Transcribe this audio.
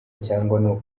cyangwa